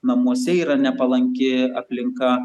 namuose yra nepalanki aplinka